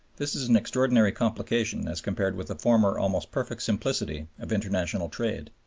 this is an extraordinary complication as compared with the former almost perfect simplicity of international trade.